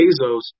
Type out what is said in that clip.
Bezos